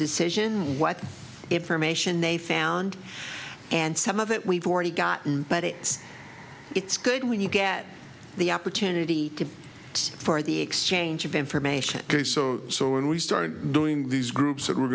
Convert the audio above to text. decision what if formation they found and some of that we've already gotten but it's it's good when you get the opportunity for the exchange of information ok so so when we start doing these groups that we're